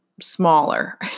smaller